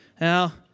Now